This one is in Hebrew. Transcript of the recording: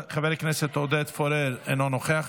חבר הכנסת נאור שירי, אינו נוכח,